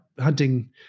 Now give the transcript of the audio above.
hunting